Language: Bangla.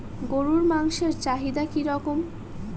গরুর মাংসের চাহিদা কি রকম?